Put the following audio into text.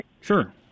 Sure